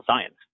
science